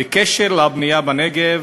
בקשר לבנייה בנגב,